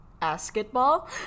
basketball